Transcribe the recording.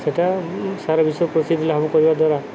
ସେଇଟା ସାରା ବିଷୟ ପ୍ରସିଦ୍ଧି ଲାଭ କରିବା ଦ୍ୱାରା